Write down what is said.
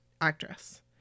actress